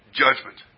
judgment